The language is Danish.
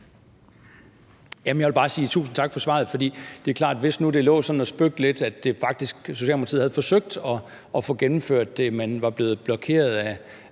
Jeg vil bare sige tusind tak for svaret. For det er klart, at hvis nu det lå sådan og spøgte lidt, at Socialdemokratiet faktisk havde forsøgt at få gennemført det, men var blevet blokeret af